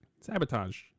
Sabotage